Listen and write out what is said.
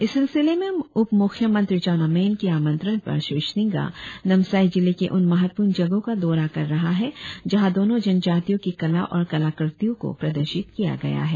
इस सिलसिले में उपमुख्यमंत्री चाऊना मैन के आमंत्रण पर श्री सिंघा नामसाई जिले के उन महत्वपूर्ण जगहो का दौरा कर रहा है जहाँ दोनो जनजातियों के कला और कलाकृतियों को प्रदर्शित किया गया है